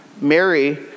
Mary